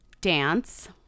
dance